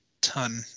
ton